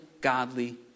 godly